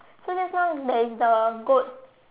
so just now there is the goat